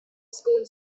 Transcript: school